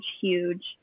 huge